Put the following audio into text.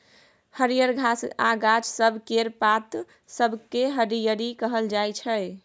हरियर घास आ गाछ सब केर पात सबकेँ हरियरी कहल जाइ छै